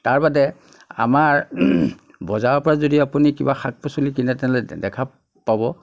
তাৰ বাদে আমাৰ বজাৰৰপৰা যদি আপুনি কিবা শাক পাচলি কিনে তেনেহ'লে দে দেখা পাব